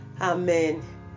amen